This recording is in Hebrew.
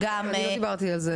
אני לא דיברתי על זה,